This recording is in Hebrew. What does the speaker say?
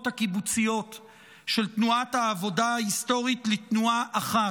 הקיבוציות של תנועת העבודה ההיסטורית לתנועה אחת,